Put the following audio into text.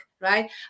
right